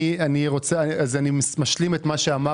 אני משלים את מה שאמרתי.